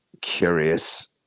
curious